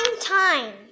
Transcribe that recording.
time